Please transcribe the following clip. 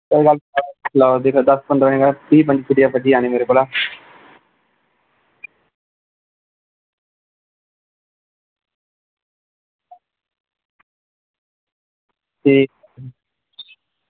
कोई गल्ल निं दस्स पंद्रहां दिन बाद फ्ही आनी मेरे कोल ते